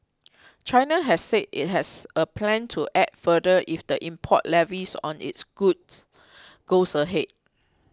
China has said it has a plan to act further if the import levies on its goods goes ahead